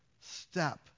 step